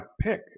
pick